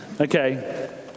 Okay